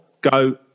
go